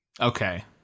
Okay